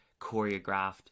choreographed